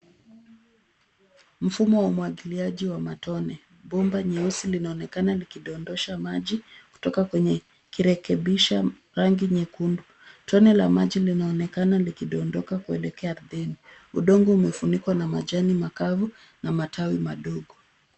Mfumo wa umwagiliaji wa matone. Bomba nyekundu linaonekana likidondosha maji kutoka kwenye. Udongo limefunikwa na majani makavu na matawi madogo.